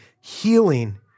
healing